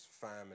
family